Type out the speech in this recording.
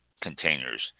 containers